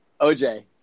OJ